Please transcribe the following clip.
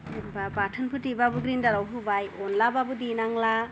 जेनबा बाथोनफोर देबाबो ग्रेन्डाराव होबाय अनलाबाबो देनांला